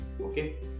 okay